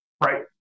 Right